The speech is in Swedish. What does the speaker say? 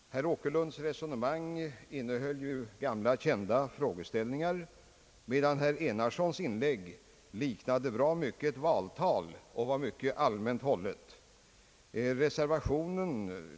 Herr Åkerlunds anförande innehöll gamla kända frågeställningar, medan herr Enarssons inlägg liknade bra mycket ett valtal och var mycket allmänt hållet.